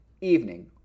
evening